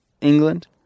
England